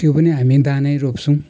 त्यो पनि हामी दानै रोप्छौँ